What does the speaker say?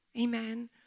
Amen